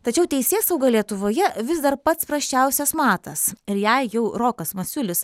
tačiau teisėsauga lietuvoje vis dar pats prasčiausias matas ir jei jau rokas masiulis